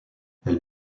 elle